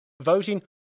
voting